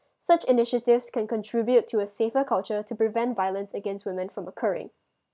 such initiatives can contribute to a safer culture to prevent violence against woman from occurring